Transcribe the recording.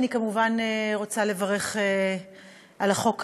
אני כמובן רוצה לברך על החוק,